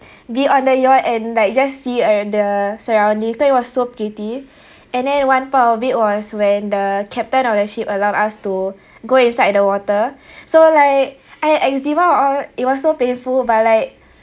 be on the yacht and like just see uh the surrounding thought it was so pretty and then one part of it was when the captain of the ship allowed us to go inside the water so like I had eczema all it was so painful but like